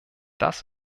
das